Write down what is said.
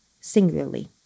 singularly